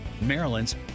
Maryland's